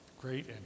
great